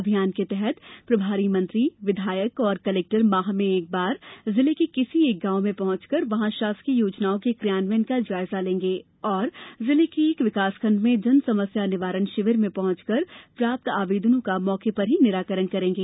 अभियान के तहत प्रभारी मंत्री विधायक और कलेक्टर माह में एक बार जिले के किसी एक गांव में पहुंचकर वहां शासकीय योजनाओं के क्रियान्वयन का जायजा लेंगे और जिले के एक विकासखंड में जन समस्या निवारण शिविर में पहुंचकर प्राप्त आवेदनों का मौके पर ही निराकरण करेंगे